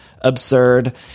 absurd